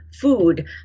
food